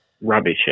rubbish